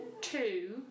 two